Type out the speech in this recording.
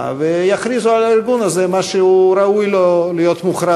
ויכריזו על הארגון הזה מה שראוי להיות מוכרז,